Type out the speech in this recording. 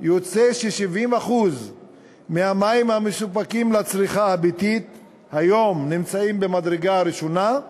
70% מהמים המסופקים לצריכה הביתית היום נמצאים במדרגה הראשונה,